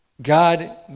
God